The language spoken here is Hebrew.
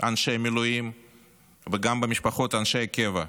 אנשי המילואים וגם במשפחות אנשי הקבע,